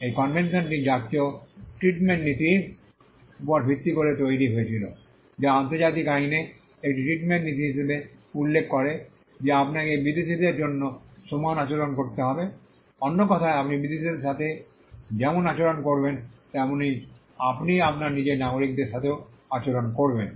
এই কনভেনশনটি জাতীয় ট্রিটমেন্ট নীতির উপর ভিত্তি করে তৈরি হয়েছিল যা আন্তর্জাতিক আইনে একটি ট্রিটমেন্ট নীতি হিসাবে উল্লেখ করে যে আপনাকে বিদেশীদের জন্য সমান আচরণ করতে হবে অন্য কথায় আপনি বিদেশীদের সাথে যেমন আচরণ করবেন তেমনি আপনি আপনার নিজের নাগরিকদের সাথেও আচরণ করবেন